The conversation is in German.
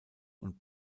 und